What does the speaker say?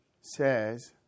says